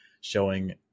showing